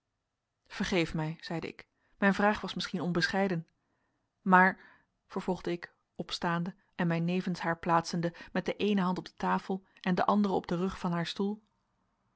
vergeef mij zeide ik mijn vraag was misschien onbescheiden maar vervolgde ik opstaande en mij nevens haar plaatsende met de eene hand op de tafel en de andere op den rug van haar stoel